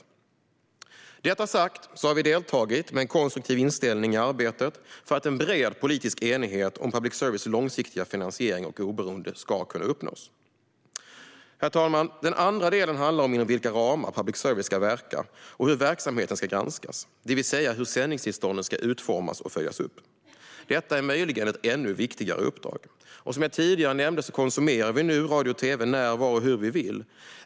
Med detta sagt har vi dock deltagit i arbetet med en konstruktiv inställning i arbetet för att en bred politisk enighet om public services långsiktiga finansiering och oberoende ska kunna uppnås. Herr talman! Den andra delen handlar om inom vilka ramar public service ska verka och hur verksamheten ska granskas, det vill säga hur sändningstillstånden ska utformas och följas upp. Detta är möjligen ett ännu viktigare uppdrag. Som jag tidigare nämnde konsumerar vi nu radio och tv när, var och hur vi vill.